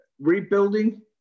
rebuilding